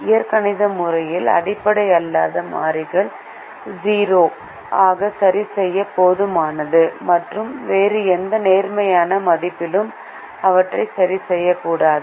இயற்கணித முறையில் அடிப்படை அல்லாத மாறிகள் 0 ஆக சரிசெய்ய போதுமானது மற்றும் வேறு எந்த நேர்மறையான மதிப்பிலும் அவற்றை சரிசெய்யக்கூடாது